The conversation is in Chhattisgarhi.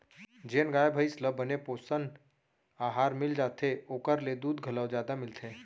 जेन गाय भईंस ल बने पोषन अहार मिल जाथे ओकर ले दूद घलौ जादा मिलथे